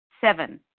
Seven